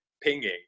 pinging